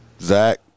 zach